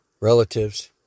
relatives